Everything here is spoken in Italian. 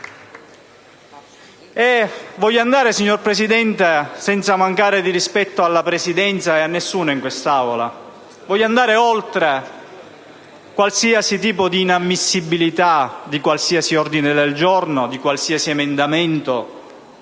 e LN-Aut)*. Signor Presidente, senza mancare di rispetto alla Presidenza e a nessuno in quest'Aula, voglio andare oltre qualsiasi tipo di inammissibilità di qualsiasi ordine del giorno, di qualsiasi emendamento